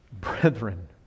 Brethren